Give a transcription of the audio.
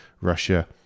Russia